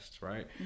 right